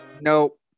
Nope